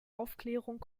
aufklärung